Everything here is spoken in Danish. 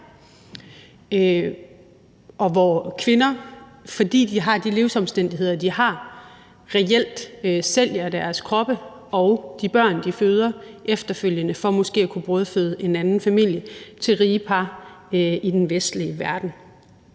hvor kvinder, fordi de har de livsomstændigheder, de har, reelt sælger deres kroppe og de børn, de føder efterfølgende, for måske at kunne brødføde en anden familie, til rige par i den vestlige verden.